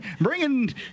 bringing